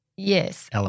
Yes